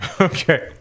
Okay